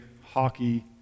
hockey